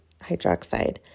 hydroxide